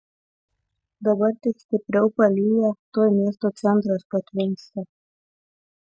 dabar tik stipriau palyja tuoj miesto centras patvinsta